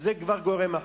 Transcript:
זה כבר גורם אחר.